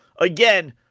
again